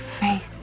faith